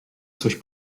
coś